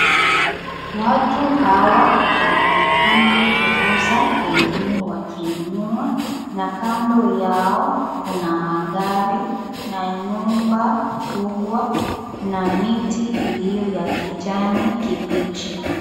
Watu hawa wanaonekana kuuza, wengine wakinunua na kando yao kuna magari na nyumba kubwa na miti iliyo ya kijani kibichi.